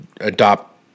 adopt